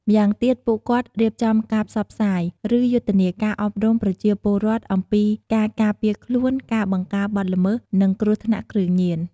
ម្យ៉ាងទៀត ពួកគាត់រៀបចំការផ្សព្វផ្សាយ ឬយុទ្ធនាការអប់រំប្រជាពលរដ្ឋអំពីការការពារខ្លួន ការបង្ការបទល្មើស និងគ្រោះថ្នាក់គ្រឿងញៀន។